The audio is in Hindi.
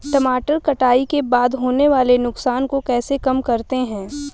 टमाटर कटाई के बाद होने वाले नुकसान को कैसे कम करते हैं?